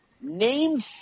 Name